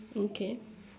okay